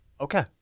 Okay